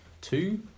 Two